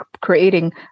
creating